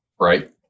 right